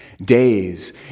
Days